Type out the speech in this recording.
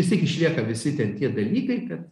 vis tiek išlieka visi ten tie dalykai kad